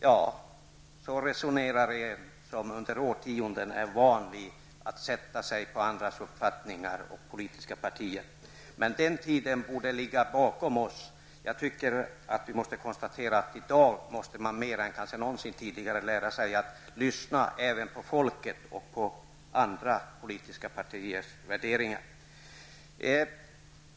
Ja, så resonerar någon som sedan årtionden är van vid att sätta sig på andras uppfattningar och politiska partier. Den tiden torde dock ligga bakom oss. Vi måste nog konstatera att man i dag, kanske mer än någonsin tidigare, måste lära sig att lyssna även på folket och på andra politiska partiers värderingar.